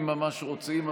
אם ממש רוצים,